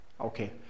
Okay